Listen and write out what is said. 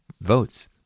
votes